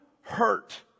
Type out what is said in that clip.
hurt